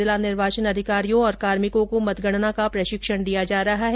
जिला निर्वाचन अधिकारियों और कार्मिको को मतगणना का प्रशिक्षण दिया जा रहा है